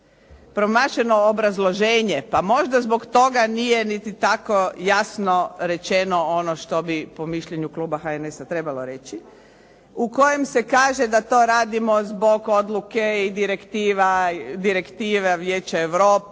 promašeno obrazloženje, pa možda zbog toga nije niti tako jasno rečeno ono što bi po mišljenju kluba HNS-a trebalo reći u kojem se kaže da to radimo zbog odluke i direktive Vijeća Europe